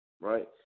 Right